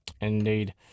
Indeed